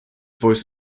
voice